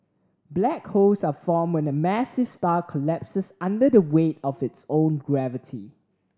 black holes are formed when a massive star collapses under the weight of its own gravity